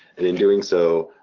and in doing so